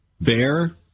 Bear